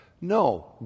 No